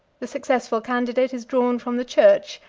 the successful candidate is drawn from the church,